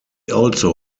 also